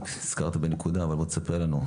הזכרת בנקודה אבל בוא תספר לנו,